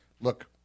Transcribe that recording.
Look